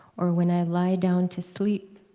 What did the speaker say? or when i lie down to sleep.